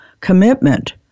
commitment